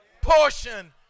portion